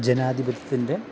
ജനാധിപത്യത്തിന്റെ